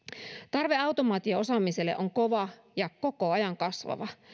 tarve automaatio osaamiselle on kova ja koko ajan kasvava